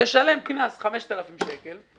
תשלם קנס של 5,000 שקל,